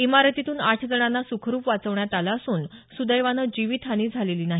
इमारतीतून आठ जणांना सुखरुप वाचवण्यात आलं असून सुदैवानं जीवित हानी झालेली नाही